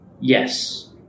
Yes